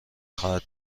خواهد